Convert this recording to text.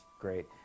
great